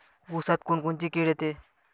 ऊसात कोनकोनची किड येते?